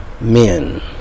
men